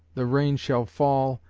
the rain shall fall,